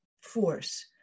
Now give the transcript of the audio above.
force